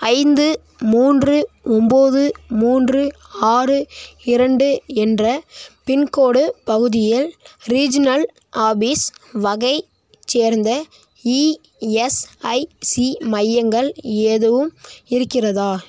ஐந்து மூன்று ஒம்பது மூன்று ஆறு இரண்டு என்ற பின்கோடு பகுதியில் ரீஜினல் ஆபிஸ் வகை சேர்ந்த இஎஸ்ஐசி மையங்கள் எதுவும் இருக்கிறதா